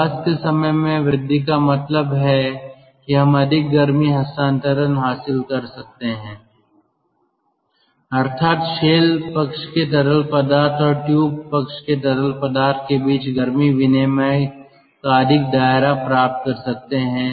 निवास के समय में वृद्धि का मतलब है कि हम अधिक गर्मी हस्तांतरण हासिल कर सकते हैं अर्थात शेल पक्ष के तरल पदार्थ और ट्यूब पक्ष के तरल पदार्थ के बीच गर्मी विनिमय का अधिक दायरा प्राप्त कर सकते हैं